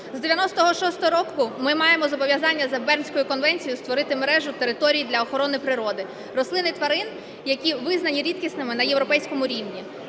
З 96-го року ми маємо зобов'язання за Бернською конвенцією створити мережу територій для охорони природи, рослин і тварин, які визнані рідкісними на європейському рівні.